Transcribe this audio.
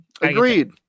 Agreed